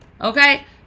Okay